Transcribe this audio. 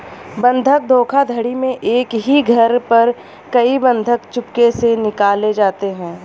बंधक धोखाधड़ी में एक ही घर पर कई बंधक चुपके से निकाले जाते हैं